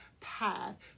path